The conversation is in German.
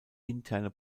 interne